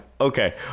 Okay